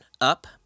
up